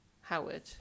howard